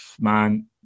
Man